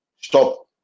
stop